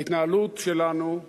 ההתנהלות שלנו,